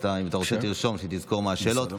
אם אתה רוצה, תרשום, כדי שתזכור מה השאלות.